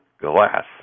glass